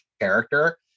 character